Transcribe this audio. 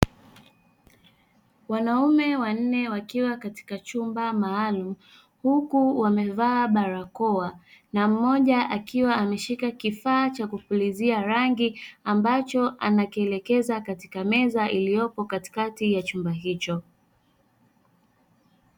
Wanaume wanne wakiwa katika chumba maalumu, huku wamevaa barakoa na mmoja akiwa ameshika kifaa cha kupulizia rangi ambacho anakielekeza katika meza iliyopo katikati ya chumba hicho.